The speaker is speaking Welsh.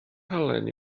halen